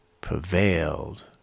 prevailed